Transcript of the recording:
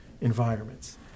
environments